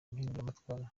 impinduramatwara